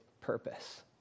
purpose